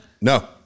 No